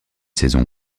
saison